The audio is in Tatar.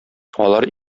алар